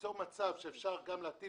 ליצור מצב שאפשר גם להטיל